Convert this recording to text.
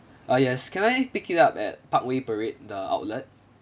ah yes can I pick it up at parkway parade the outlet